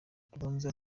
urubanza